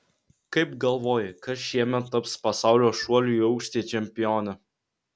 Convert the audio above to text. kaip galvoji kas šiemet taps pasaulio šuolių į aukštį čempione